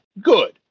Good